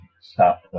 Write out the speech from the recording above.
stop